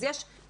אז יש תעדוף,